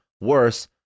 worse